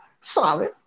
Solid